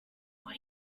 what